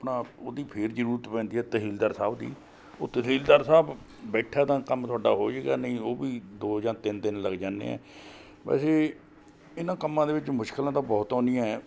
ਆਪਣਾ ਉਹਦੀ ਫਿਰ ਜ਼ਰੂਰਤ ਪੈਂਦੀ ਹੈ ਤਹਿਸੀਲਦਾਰ ਸਾਹਿਬ ਦੀ ਉਹ ਤਹਿਸੀਲਦਾਰ ਸਾਹਿਬ ਬੈਠਾ ਤਾਂ ਕੰਮ ਤੁਹਾਡਾ ਹੋ ਜੇਗਾ ਨਹੀਂ ਉਹ ਵੀ ਦੋ ਜਾਂ ਤਿੰਨ ਦਿਨ ਲੱਗ ਜਾਂਦੇ ਹੈ ਵੈਸੇ ਇਹਨਾਂ ਕੰਮਾਂ ਦੇ ਵਿੱਚ ਮੁਸ਼ਕਿਲਾਂ ਤਾਂ ਬਹੁਤ ਆਉਂਦੀਆਂ ਐਂ